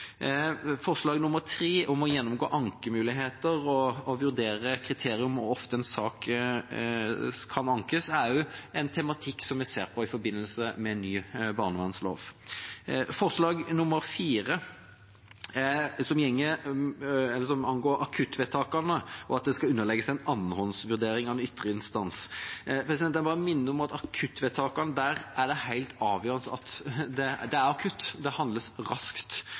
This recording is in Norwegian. Forslag nr. 3, om å gjennomgå ankemuligheter og vurdere kriteriene for hvor ofte en sak kan ankes, er også en tematikk som vi ser på i forbindelse med ny barnevernlov. Forslag nr. 4, som angår akuttvedtakene og at det skal underlegges en annenhåndsvurdering av en ytre instans: Jeg bare minner om at ved akuttvedtakene er det helt avgjørende – når det er akutt – at det handles raskt.